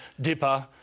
Dipper